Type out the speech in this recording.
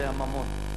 זה הממון.